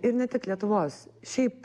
ir ne tik lietuvos šiaip